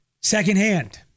Secondhand